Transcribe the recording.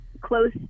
close